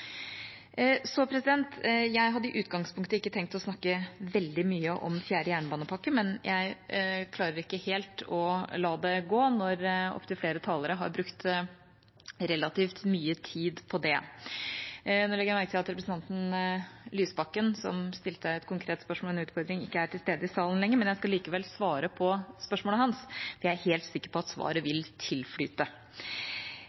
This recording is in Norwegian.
Jeg hadde i utgangspunktet ikke tenkt å snakke veldig mye om den fjerde jernbanepakken, men jeg klarer ikke helt å la det gå når opptil flere talere har brukt relativt mye tid på det. Nå legger jeg merke til at representanten Lysbakken, som stilte et konkret spørsmål og hadde en utfordring, ikke er til stede i salen lenger, men jeg skal likevel svare på spørsmålet hans – jeg er helt sikker på at svaret vil